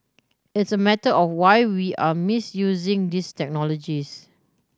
it's a matter of why we are misusing these technologies